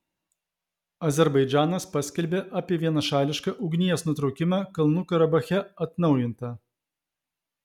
azerbaidžanas paskelbė apie vienašališką ugnies nutraukimą kalnų karabache atnaujinta